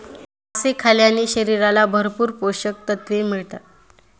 मासे खाल्ल्याने शरीराला भरपूर पोषकतत्त्वे मिळतात